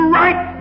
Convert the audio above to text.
right